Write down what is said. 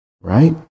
Right